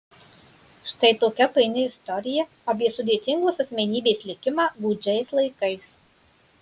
štai tokia paini istorija apie sudėtingos asmenybės likimą gūdžiais laikais